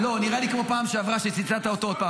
נראה לי כמו בפעם שעברה שציטטת אותו.